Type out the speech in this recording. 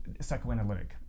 psychoanalytic